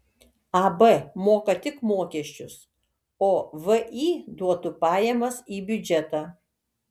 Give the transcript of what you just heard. ab moka tik mokesčius o vį duotų pajamas į biudžetą